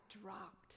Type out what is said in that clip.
dropped